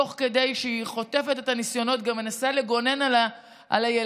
תוך כדי שהיא חוטפת את הניסיונות גם מנסה לגונן על הילדים.